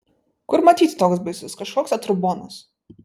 kur matyti toks baisus kažkoks atrubonas